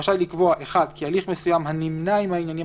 (1) כי הליך מסוים הנמנה עם העניינים